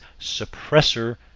suppressor